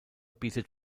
bietet